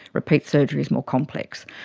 repeat surgery is more complex.